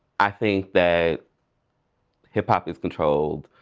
i think that hip hop is controlled,